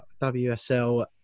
WSL